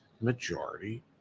majority